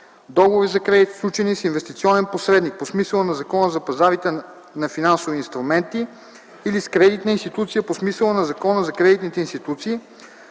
договори за кредит, сключени с инвестиционен посредник по смисъла на Закона за пазарите на финансови инструменти или с кредитна институция по смисъла на Закона за кредитните институции,